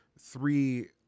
three